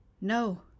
No